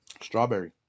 Strawberry